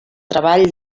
treball